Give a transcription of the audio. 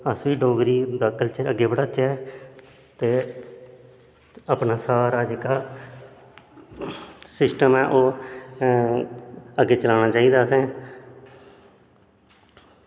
अस बी डोगरीदी कल्चर अग्गैं बड़ाचै ते अपना सारा जेह्का सिस्टम ऐ ओह् अग्गैं चलाना चाही दा असैं